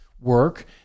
work